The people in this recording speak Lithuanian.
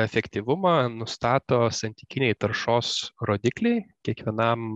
efektyvumą nustato santykiniai taršos rodikliai kiekvienam